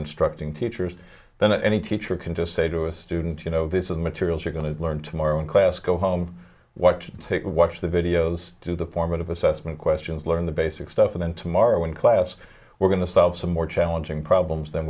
instructing teachers then any teacher can just say to a student you know this is materials you're going to learn tomorrow in class go home what to take watch the videos do the formative assessment questions learn the basic stuff and then tomorrow in class we're going to solve some more challenging problems than